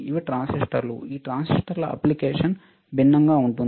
ఇవి ట్రాన్సిస్టర్లు ఈ ట్రాన్సిస్టర్ల అప్లికేషన్ భిన్నంగా ఉంటుంది